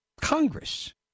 Congress